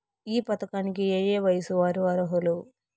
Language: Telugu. ఈ పథకానికి ఏయే వయస్సు వారు అర్హులు?